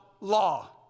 law